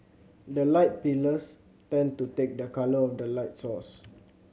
the light pillars tend to take the colour of the light source